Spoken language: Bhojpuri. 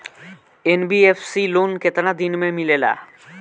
एन.बी.एफ.सी लोन केतना दिन मे मिलेला?